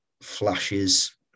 flashes